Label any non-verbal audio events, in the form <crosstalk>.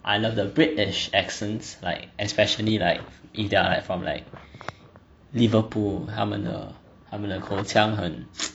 I love the british accents like especially like if they are from like liverpool 他们的他们的口腔很 <noise>